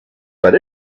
but